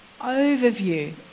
overview